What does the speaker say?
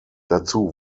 dazu